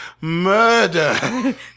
murder